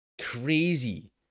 crazy